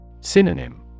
Synonym